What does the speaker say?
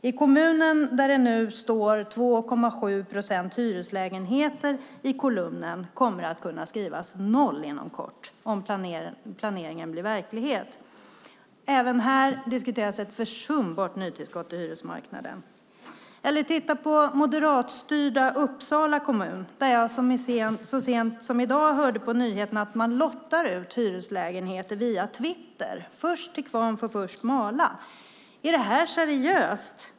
I kommunen där det nu står 2,7 procent hyreslägenheter i kolumnen kommer det att kunna skrivas noll inom kort om planeringen blir verklighet. Även här diskuteras ett försumbart nytillskott till hyresmarknaden. Eller titta på moderatstyrda Uppsala kommun, där jag så sent som i dag hörde på nyheterna att man lottar ut hyreslägenheter via Twitter. Först till kvarn får först mala. Är det seriöst?